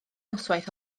noswaith